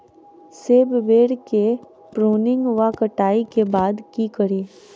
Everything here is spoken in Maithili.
सेब बेर केँ प्रूनिंग वा कटाई केँ बाद की करि?